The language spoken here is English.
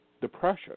depression